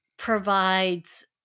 provides